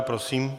Prosím.